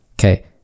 Okay